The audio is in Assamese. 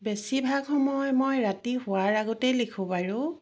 বেছিভাগ সময় মই ৰাতি শোৱাৰ আগতেই লিখোঁ বাৰু